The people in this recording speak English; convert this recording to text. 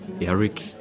Eric